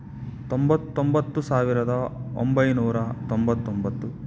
ತೊಂಬತ್ತೊಂಬತ್ತು ಸಾವಿರದ ಒಂಬೈನೂರ ತೊಂಬತ್ತೊಂಬತ್ತು